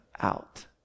out